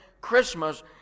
Christmas